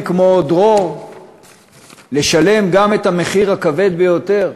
כמו דרור לשלם גם את המחיר הכבד ביותר,